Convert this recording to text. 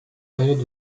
période